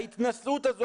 ההתנשאות הזאת,